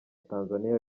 tanzania